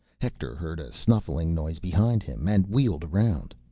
hector heard a snuffling noise behind him, and wheeled around.